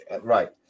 right